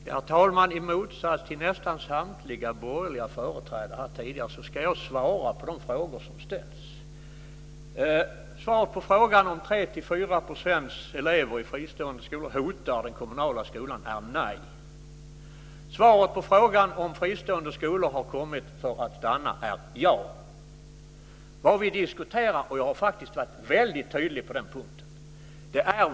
Herr talman! I motsats till nästan samtliga borgerliga företrädare här tidigare ska jag svara på de frågor som ställs. Svaret på frågan om 3-4 % elever i fristående skolor hotar den kommunala skolan är nej. Svaret på frågan om fristående skolor har kommit för att stanna är ja. Vad vi diskuterar är villkoren. Jag har faktiskt försökt att vara väldigt tydlig på den punkten.